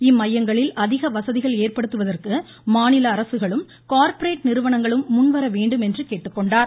இம்மையங்களில் அதிக வசதிகள் ஏற்படுத்துவதற்கு மாநில அரசுகளும் கார்ப்பரேட் நிறுவனங்களும் முன்வர வேண்டும் என்று அமைச்சர் கேட்டுக்கொண்டார்